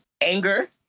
anger